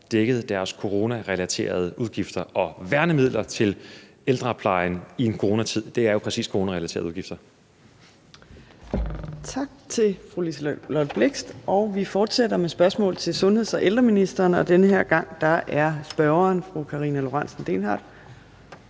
dækket deres coronarelaterede udgifter. Og værnemidler til ældreplejen i en coronatid er jo præcis coronarelaterede udgifter.